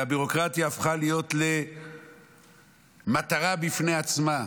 הביורוקרטיה הפכה להיות למטרה בפני עצמה,